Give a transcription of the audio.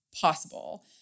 possible